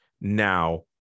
Now